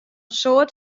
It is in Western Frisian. soad